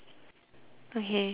okay then next